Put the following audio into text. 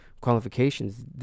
qualifications